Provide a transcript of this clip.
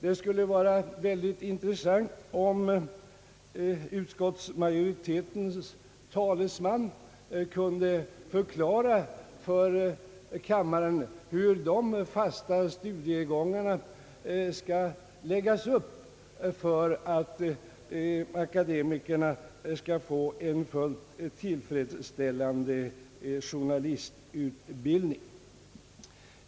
Det skulle vara intressant om utskottsmajoritetens talesman kunde förklara för kammaren, hur de fasta studiegångarna skall läggas upp för att akademikerna skall kunna få en fullt tillfredsställande journalistutbildning.